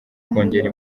kongera